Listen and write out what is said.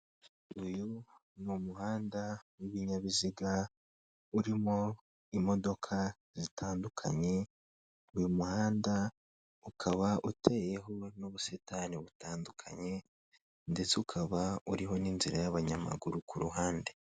Uyu ni umuhanda w'ibinyabiziga, urimo imodoka zitandukanye, uyu muhanda ukaba uteyeho n'ubusitani butandukanye, ndetse ukaba uriho n'inzira y'abanyamaguru ku ruhande.